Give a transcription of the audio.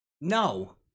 No